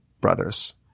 brothers